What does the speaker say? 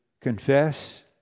confess